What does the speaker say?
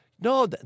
no